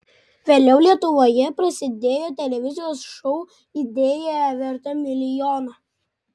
vėliau lietuvoje prasidėjo televizijos šou idėja verta milijono